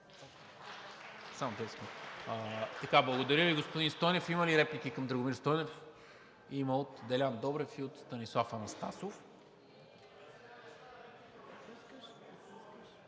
Благодаря Ви, господин Стойнев. Има ли реплики към Драгомир Стойнев? Има, от Делян Добрев и от Станислав Анастасов.